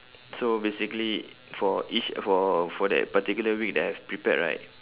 so basically for each for for that particular week that I've prepared right